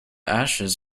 ashes